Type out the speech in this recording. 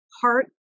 heart